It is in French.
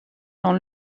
dans